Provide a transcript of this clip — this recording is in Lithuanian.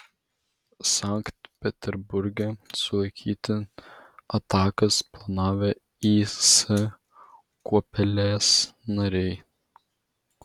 sankt peterburge sulaikyti atakas planavę is kuopelės nariai